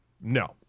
No